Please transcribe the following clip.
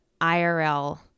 IRL